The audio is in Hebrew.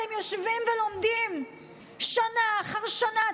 אתם יושבים ולומדים שנה אחר שנה,